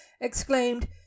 exclaimed